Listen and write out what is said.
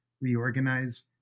reorganize